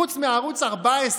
חוץ מערוץ 14,